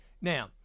Now